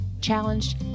challenged